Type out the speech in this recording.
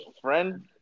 friend